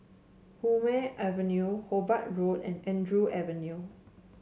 Hume Avenue Hobart Road and Andrew Avenue